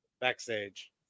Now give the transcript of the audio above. backstage